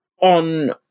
on